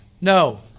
No